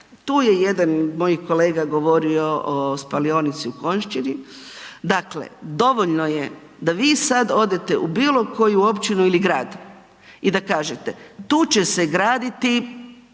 Tu je jedan moj kolega govorio o spalionici u Konjščini, dakle, dovoljno je da vi sad odete u bilo koju općinu ili grad i da kažete, tu će se graditi